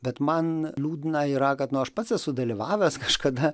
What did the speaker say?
bet man liūdna yra kad nu aš pats esu dalyvavęs kažkada